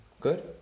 Good